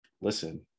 listen